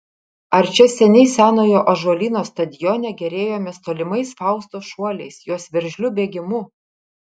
ar čia seniai senojo ąžuolyno stadione gėrėjomės tolimais faustos šuoliais jos veržliu bėgimu